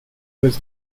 was